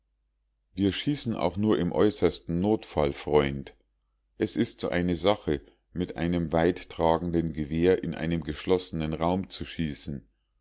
wir schießen auch nur im äußersten notfall freund es ist so eine sache mit einem weittragenden gewehr in einem geschlossenen raum zu schießen